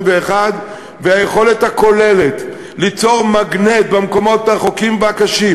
והיכולת הכוללת ליצור מגנט במקומות הרחוקים והקשים,